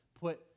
put